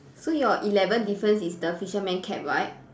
so your eleven difference is the fisherman cap right